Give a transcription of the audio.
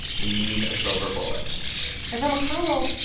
we need a silver bullet and for mcconnell,